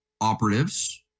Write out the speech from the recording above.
operatives